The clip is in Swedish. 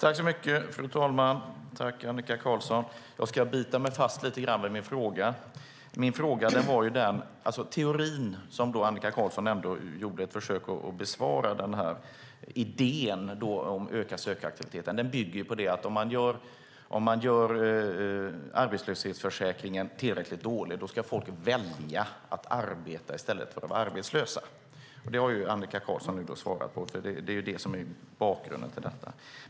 Fru talman! Jag ska bita mig fast lite grann vid min fråga. Annika Qarlsson gjorde ett försök att besvara frågan om teorin, och det var idén om ökad sökaktivitet. Det bygger ju på att om man gör arbetslöshetsförsäkringen tillräckligt dålig ska folk välja att arbeta i stället för att vara arbetslösa. Det har Annika Qarlsson nu svarat på, och det är det som är bakgrunden till detta.